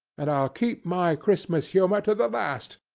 and i'll keep my christmas humour to the last.